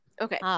Okay